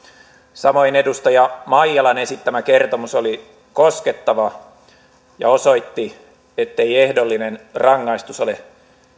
samoin edustaja maijalan esittämä kertomus oli koskettava ja osoitti ettei ehdollinen rangaistus ole